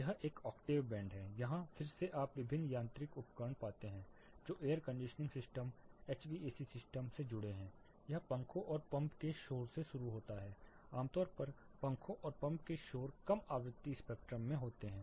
यह एक octave band है यहां फिर से आप विभिन्न यांत्रिक उपकरण पाते हैं जो air conditioning system HVAC system से जुड़े हैं यह पंखों और पंप के शोर से शुरू होता है आमतौर पर पंखों और पंप के शोर कम आवृत्ति स्पेक्ट्रम में होते हैं